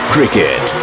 Cricket